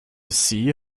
see